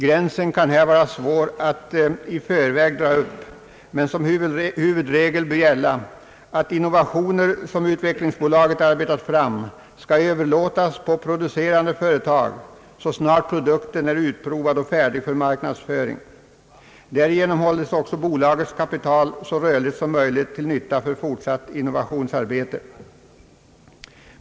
Gränsen kan här vara svår att i förväg dra upp, men som huvudregel bör gälla att innovationer som utvecklingsbolaget arbetar fram skall överlåtas på producerande företag så snart produkten är utprovad och färdig för marknadsföring. Därigenom hålles bolagets kapital så rörligt som möjligt, till nytta för fortsatt innovationsarbete.